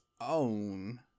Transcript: own